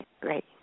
great